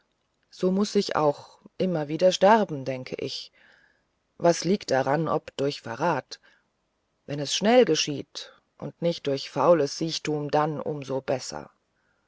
so muß ich auch immer wieder sterben denke ich was liegt daran ob durch verrat wenn es schnell geschieht und nicht durch faules siechtum dann um so besser